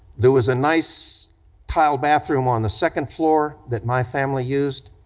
there was a nice tile bathroom on the second floor that my family used,